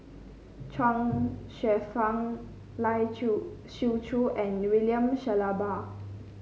Chuang Hsueh Fang Lai Chiu Siu Chiu and William Shellabear